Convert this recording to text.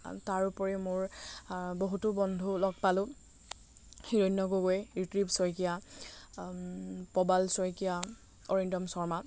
তাৰোপৰি মোৰ বহুতো বন্ধু লগ পালোঁ হিৰন্য গগৈ ত্ৰিদীপ শইকীয়া প্ৰবাল শইকীয়া অৰিন্দম শৰ্মা